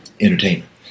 entertainment